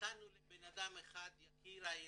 נתנו לבן אדם אחד יקיר העדה.